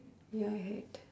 ya I heard